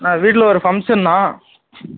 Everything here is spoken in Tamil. அண்ணா வீட்டில் ஒரு ஃபங்க்ஷன்ணா